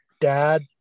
dad